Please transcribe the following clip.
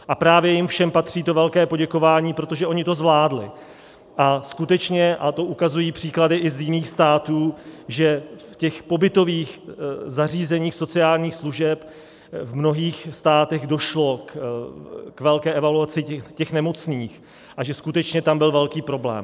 A právě jim všem patří to velké poděkování, protože oni to zvládli, a skutečně, a to ukazují příklady i z jiných států, že v těch pobytových zařízeních sociálních služeb v mnohých státech došlo k velké evaluaci těch nemocných a že skutečně tam byl velký problém.